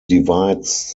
divides